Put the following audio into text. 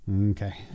Okay